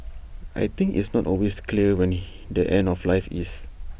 I think it's not always clear when he the end of life is